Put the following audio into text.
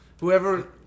Whoever